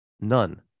none